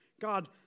God